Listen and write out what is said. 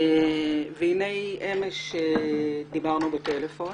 והנה אמש דיברנו בטלפון